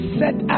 set